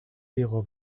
diego